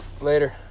Later